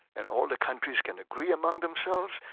and all the countries can agree among themselves,